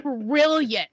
brilliant